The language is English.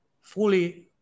Fully